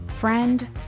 Friend